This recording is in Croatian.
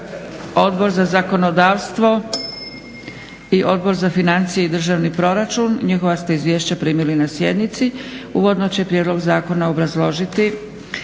Odbor za zakonodavstvo i Odbor za financije i državni proračun. Njihova ste izvješća primili na sjednici. Uvodno će prijedlog zakona obrazložiti